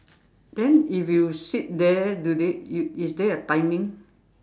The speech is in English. then if you sit there do they is is there a timing